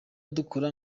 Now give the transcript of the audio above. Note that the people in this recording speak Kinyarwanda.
dukora